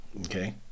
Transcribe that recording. okay